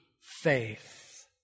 faith